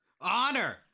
honor